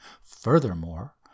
Furthermore